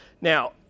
Now